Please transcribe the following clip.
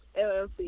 LLC